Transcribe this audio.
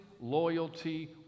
loyalty